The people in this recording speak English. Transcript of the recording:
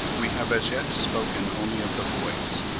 we have as yet spoken only of the voice,